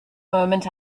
moment